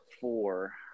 four